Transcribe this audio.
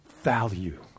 value